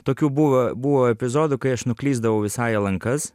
tokių buvo buvo epizodų kai aš nuklysdavau visai į lankas